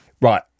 Right